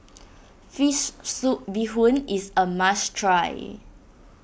Fish Soup Bee Hoon is a must try